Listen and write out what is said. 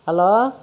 hello